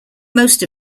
most